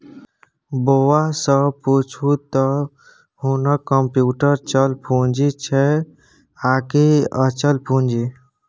बौआ सँ पुछू त हुनक कम्युटर चल पूंजी छै आकि अचल पूंजी